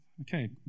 Okay